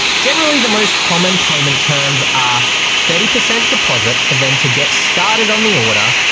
generally, the most common payment terms are thirty percent deposit for them to get started on the order.